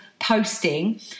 posting –